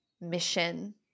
mission